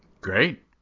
Great